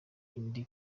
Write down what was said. indi